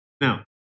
now